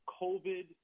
covid